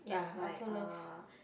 like uh